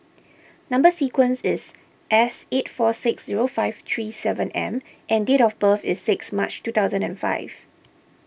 Number Sequence is S eight four six zero five three seven M and date of birth is six March two thousand and five